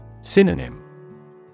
Synonym